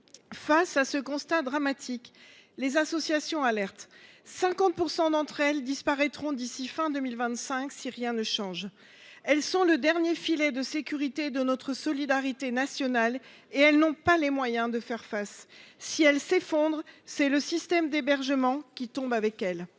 Face à ce constat dramatique, les associations nous alertent : 50 % d’entre elles disparaîtront d’ici à la fin de 2025 si rien ne change. Elles sont le dernier filet de sécurité de notre solidarité nationale, et elles n’ont pas les moyens de faire face. Si elles s’effondrent, c’est le système d’hébergement qui tombe avec elles.